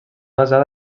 basada